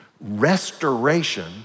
Restoration